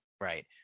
right